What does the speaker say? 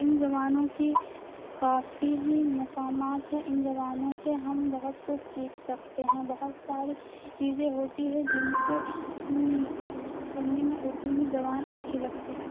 ان زبانوں کی کافی ہی مقامات ہے ان زبانوں سے ہم بہت کچھ سیکھ سکتے ہیں بہت ساری چیزیں ہوتی ہے جن کے سننے میں اردو ہی زبان اچھی لگتی ہے